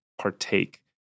partake